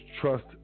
trust